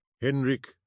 Henrik